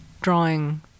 drawing